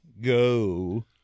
go